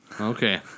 Okay